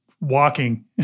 walking